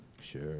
Sure